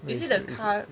is it the car